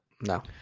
no